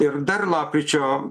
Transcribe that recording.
ir dar lapkričio